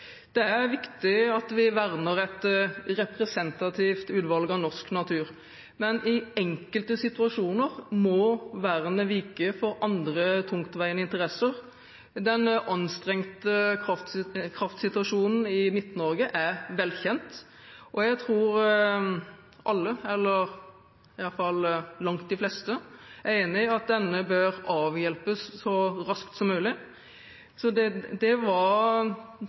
Det er viktig at vi verner et representativt utvalg av norsk natur, men i enkelte situasjoner må vernet vike for andre tungtveiende interesser. Den anstrengte kraftsituasjonen i Midt-Norge er velkjent, og jeg tror alle, eller iallfall langt de fleste, er enig i at denne bør avhjelpes så raskt som mulig. Det var